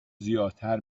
زیادتر